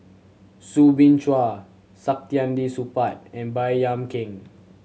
Soo Bin Chua Saktiandi Supaat and Baey Yam Keng